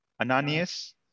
Ananias